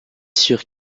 sûr